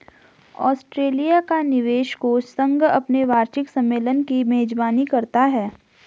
Australia का निवेश कोष संघ अपने वार्षिक सम्मेलन की मेजबानी करता है